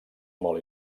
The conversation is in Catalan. molt